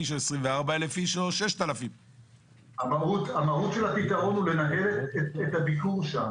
24,000 איש או 12,000 איש או 6,000. המהות של הפתרון היא לנהל את הביקור שם.